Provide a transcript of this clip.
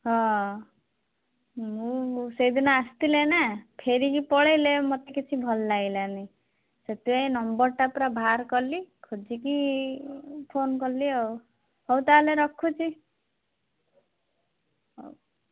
ହଁ ମୁଁ ସେହିଦିନ ଆସିଥିଲେ ନା ଫେରିକି ପଳାଇଲେ ମୋତେ କିଛି ଭଲ ଲାଗିଲାନି ସେଥିପାଇଁ ନମ୍ବରଟା ପୁରା ବାହାର କଲି ଖୋଜିକି ଫୋନ କଲି ଆଉ ହେଉ ତାହେଲେ ରଖୁଛି ହେଉ